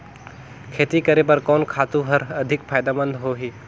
खेती करे बर कोन खातु हर अधिक फायदामंद होही?